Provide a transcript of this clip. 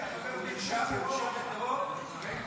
הוא לא הורשע בטרור ------ בבית